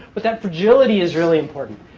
but that fragility is really important.